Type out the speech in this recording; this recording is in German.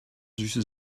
süße